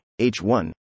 h1